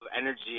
energy